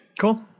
Cool